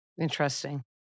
Interesting